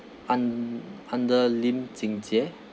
un~ under lim jing jie